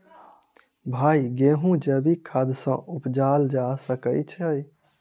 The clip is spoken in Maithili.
भाई गेंहूँ जैविक खाद सँ उपजाल जा सकै छैय?